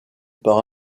par